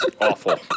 Awful